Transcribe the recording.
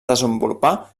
desenvolupar